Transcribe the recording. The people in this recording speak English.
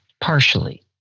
partially